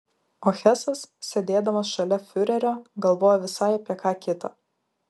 o hesas sėdėdamas šalia fiurerio galvojo visai apie ką kitą